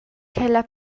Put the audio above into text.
ch’ella